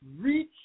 reach